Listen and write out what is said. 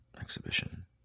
Exhibition